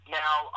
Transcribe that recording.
now